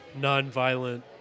nonviolent